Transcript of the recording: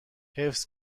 حفظ